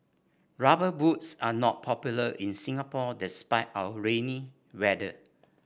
rubber boots are not popular in Singapore despite our rainy weather